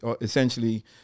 essentially